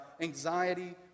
anxiety